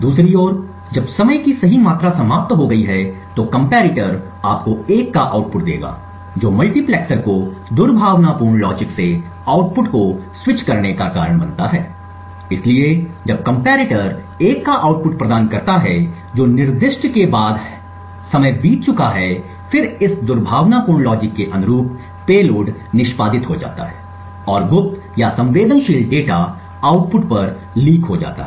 दूसरी ओर जब समय की सही मात्रा समाप्त हो गई है तो कंपैरेटर आपको 1 का आउटपुट देगा जो मल्टीप्लेक्सर को दुर्भावनापूर्ण लॉजिक से आउटपुट को स्विच करने का कारण बनता है इसलिए जब कंपैरेटर 1 का आउटपुट प्रदान करता है जो निर्दिष्ट के बाद है समय बीत चुका है फिर इस दुर्भावनापूर्ण लॉजिक के अनुरूप पेलोड निष्पादित हो जाता है और गुप्त या संवेदनशील डेटा आउटपुट पर लीक हो जाता है